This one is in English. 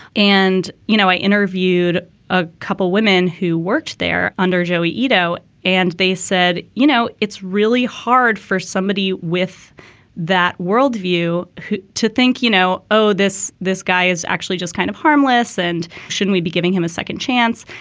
and, you know, i interviewed a couple women who worked there under joey etoh and they said, you know, it's really hard for somebody with that worldview to think, you know, oh, this this guy is actually just kind of harmless. and shouldn't we be giving him a second chance?